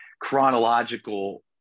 chronological